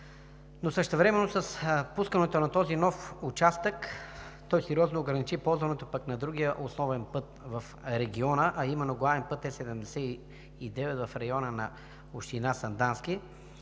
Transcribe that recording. Същевременно пускането на този нов участък сериозно ограничи ползването на другия основен път в региона, а именно главен път Е-79 в района на община Сандански.